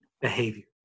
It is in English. behavior